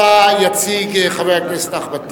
שאותה יציג חבר הכנסת אחמד טיבי,